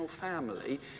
family